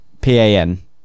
P-A-N